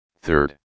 Third